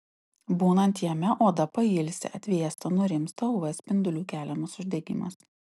būnant jame oda pailsi atvėsta nurimsta uv spindulių keliamas uždegimas